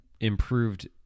improved